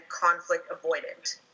conflict-avoidant